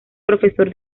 profesor